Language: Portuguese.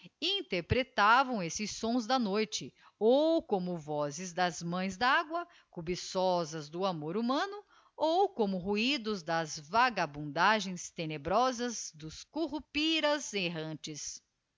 interpretavam esses sons da noite ou como vozes das mães d'agua cubiçosas do amor humano ou como ruidos das vagabundagens tenebrosas dos currupiras errantes